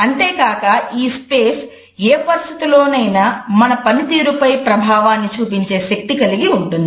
అంతేకాక ఈ స్పేస్ ఏ పరిస్థితిలోనైనా మన పనితీరుపై ప్రభావాన్ని చూపించే శక్తి కలిగి ఉంటుంది